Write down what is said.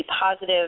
positive